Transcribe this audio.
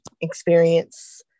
experience